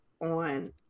on